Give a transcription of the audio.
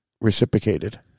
reciprocated